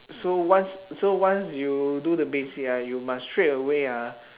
so once so once you do the basic ah you must straight away ah